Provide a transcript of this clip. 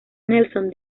nelson